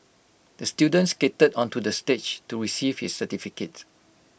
the student skated onto the stage to receive his certificate